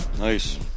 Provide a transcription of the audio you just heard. nice